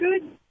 Good